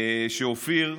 שאופיר,